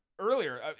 earlier